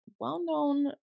well-known